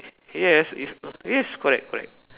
yes if yes correct correct